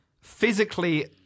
physically